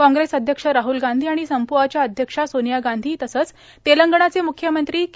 कॉंग्रेस अध्यक्ष राहल गांधी आणि संपूआच्या अध्यक्षा सोनिया गांधी तसंच तेलंगणाचे मुख्यमंत्री के